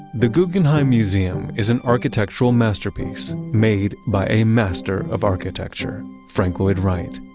the guggenheim museum is an architectural masterpiece made by a master of architecture, frank lloyd wright.